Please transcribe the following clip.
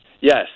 Yes